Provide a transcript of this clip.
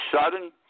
sudden